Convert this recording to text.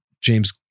James